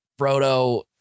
Frodo